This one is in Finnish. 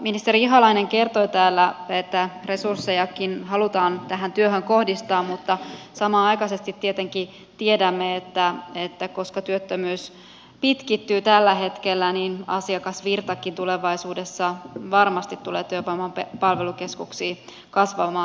ministeri ihalainen kertoi täällä että resurssejakin halutaan tähän työhön kohdistaa mutta samanaikaisesti tietenkin tiedämme että koska työttömyys pitkittyy tällä hetkellä niin asiakasvirtakin tulevaisuudessa varmasti tulee työvoiman palvelukeskuksiin kasvamaan